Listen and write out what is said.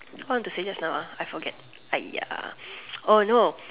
what I want to say just now ah I forget !aiya! oh no